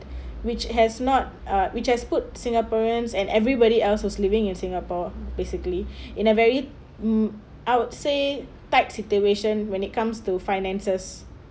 which has not uh which has put singaporeans and everybody else was living in singapore basically in a very mm I would say tight situation when it comes to finances